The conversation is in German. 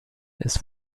ist